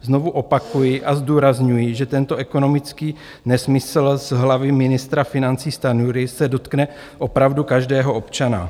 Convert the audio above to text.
Znovu opakuji a zdůrazňuji, že tento ekonomický nesmysl z hlavy ministra financí Stanjury se dotkne opravdu každého občana.